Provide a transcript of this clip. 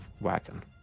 wagon